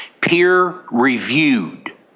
peer-reviewed